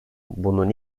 bunun